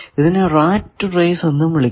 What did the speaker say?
ഇതിനെ rat race എന്നും വിളിക്കുന്നു